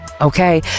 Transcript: Okay